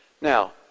Now